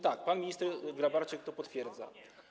Tak, pan minister Grabarczyk to potwierdza.